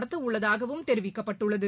நடத்தவுள்ளதாகவும் தெரிவிக்கப்பட்டுள்ளது